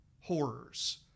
horrors